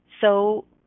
so-